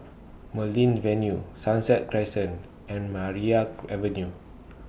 Marlene Avenue Sunset Crescent and Maria Avenue